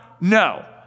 no